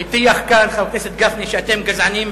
הטיח כאן חבר הכנסת גפני שאתם גזענים,